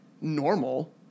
normal